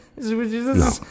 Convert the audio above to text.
No